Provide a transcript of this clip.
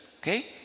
okay